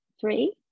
three